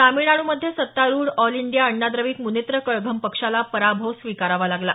तामिळनाडूमध्ये सत्तारुढ all India Anna Dravida Munnetra Kazhagam पक्षाला पराभव स्वीकारावा लागला